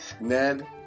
Ned